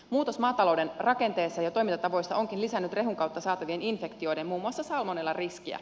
muutos maatalouden rakenteessa ja toimintatavoissa onkin lisännyt rehun kautta saatavien infektioiden muun muassa salmonellan riskiä